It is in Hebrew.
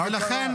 מה קרה?